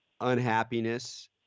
Unhappiness